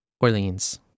Orleans